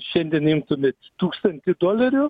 šiandien imtumėt tūkstantį dolerių